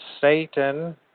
Satan